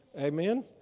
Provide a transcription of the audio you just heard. Amen